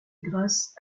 grâce